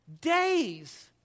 days